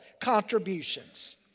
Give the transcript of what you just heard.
contributions